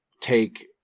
take